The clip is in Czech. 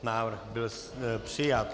Návrh byl přijat.